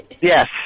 Yes